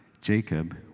Jacob